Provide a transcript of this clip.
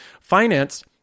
Finance